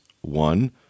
one